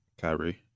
Kyrie